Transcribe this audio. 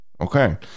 Okay